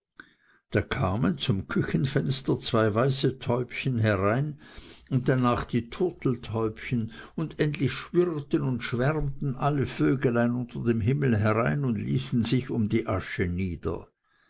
da kamen zum küchenfenster zwei weiße täubchen herein und danach die turteltäubchen und endlich schwirrten und schwärmten alle vöglein unter dem himmel herein und ließen sich um die asche nieder